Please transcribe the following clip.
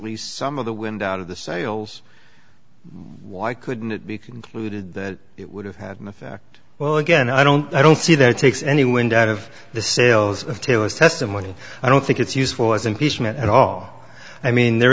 least some of the wind out of the sails why couldn't it be concluded that it would have had an effect well again i don't i don't see that it takes any wind out of the sails of taylor's testimony i don't think it's useful as impeachment at all i mean there